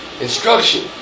Instruction